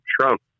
Trump